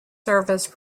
service